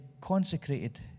consecrated